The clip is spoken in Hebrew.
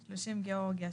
(30) גאורגיה,